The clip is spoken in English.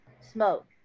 smoke